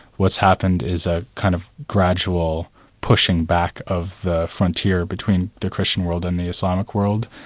what's happened is a kind of gradual pushing back of the frontier between the christian world and the islamic world,